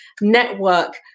Network